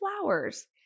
flowers